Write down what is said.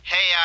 Hey